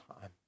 time